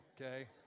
okay